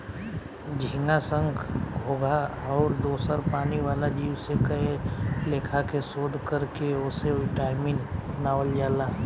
झींगा, संख, घोघा आउर दोसर पानी वाला जीव से कए लेखा के शोध कर के ओसे विटामिन बनावल जाला